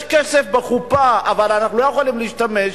יש כסף בקופה אבל אנחנו לא יכולים להשתמש.